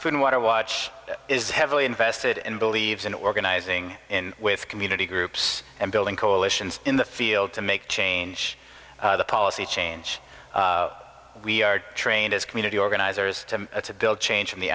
food and water watch is heavily invested and believes in organizing in with community groups and building coalitions in the field to make change the policy change we are trained as community organizers to build change from the